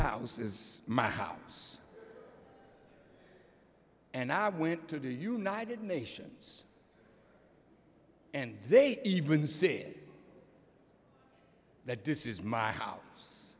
house is my house and i went to the united nations and they even say that this is my house